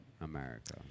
America